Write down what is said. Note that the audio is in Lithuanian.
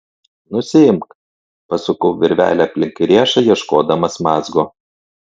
nusiimk pasukau virvelę aplink riešą ieškodamas mazgo